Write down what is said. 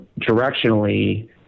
directionally